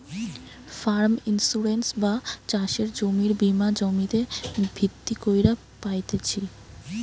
farm insurance বা চাষের জমির বীমা জমিতে ভিত্তি কইরে পাইতেছি